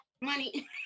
money